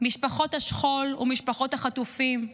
משפחות השכול ומשפחות החטופים,